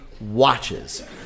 watches